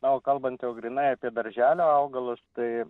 o kalbant jau grynai apie darželio augalus tai